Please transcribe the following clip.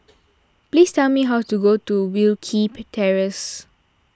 please tell me how to go to Wilkie Terrace